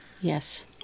Yes